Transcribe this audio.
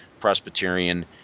Presbyterian